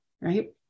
Right